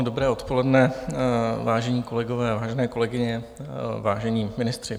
Dobré odpoledne, vážení kolegové, vážené kolegyně, vážení ministři.